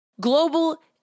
global